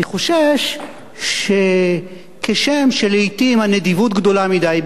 אני חושש שכשם שלעתים הנדיבות גדולה מדי,